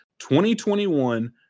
2021